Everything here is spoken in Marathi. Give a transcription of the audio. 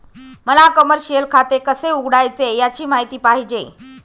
मला कमर्शिअल खाते कसे उघडायचे याची माहिती पाहिजे